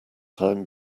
time